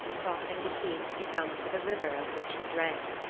crossing the heath to come to the river at which he drank.